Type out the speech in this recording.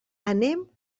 anem